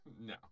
No